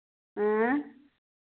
एँ